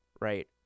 Right